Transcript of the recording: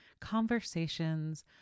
conversations